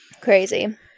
Crazy